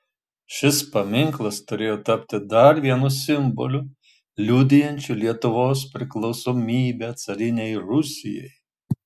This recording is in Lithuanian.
šis paminklas turėjo tapti dar vienu simboliu liudijančiu lietuvos priklausomybę carinei rusijai